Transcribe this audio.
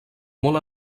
molt